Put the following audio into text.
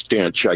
stench